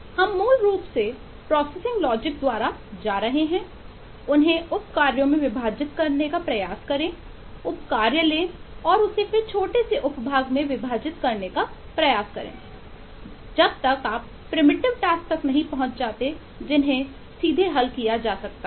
हम मूल रूप से प्रोसेसिंग लॉजिक तक नहीं पहुंच जाते हैं जिन्हें सीधे हल किया जा सकता है